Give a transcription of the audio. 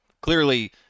clearly